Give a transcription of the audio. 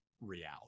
reality